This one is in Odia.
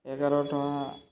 ଏଗାର ଟଙ୍କା